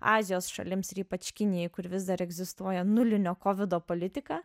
azijos šalims ir ypač kinijai kur vis dar egzistuoja nulinio kovido politika